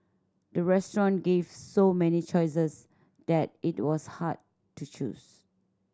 the restaurant gave so many choices that it was hard to choose